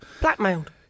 Blackmailed